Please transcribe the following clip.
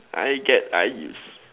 I get I give